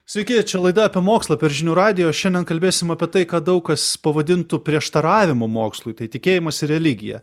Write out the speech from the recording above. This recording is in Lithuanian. sveiki čia laida apie mokslą per žinių radiją o šiandien kalbėsim apie tai ką daug kas pavadintų prieštaravimu mokslui tai tikėjimas ir religija